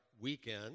weekend